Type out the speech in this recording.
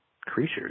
creatures